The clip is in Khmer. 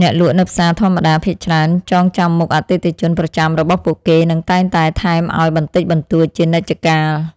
អ្នកលក់នៅផ្សារធម្មតាភាគច្រើនចងចាំមុខអតិថិជនប្រចាំរបស់ពួកគេនិងតែងតែថែមឱ្យបន្តិចបន្តួចជានិច្ចកាល។